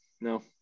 No